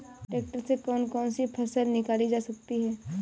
Tractor से कौन कौनसी फसल निकाली जा सकती हैं?